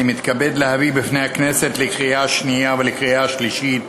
אני מתכבד להביא בפני הכנסת לקריאה השנייה ולקריאה השלישית